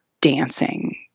dancing